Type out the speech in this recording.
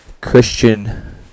Christian